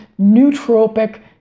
nootropic